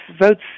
votes